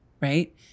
Right